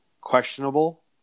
questionable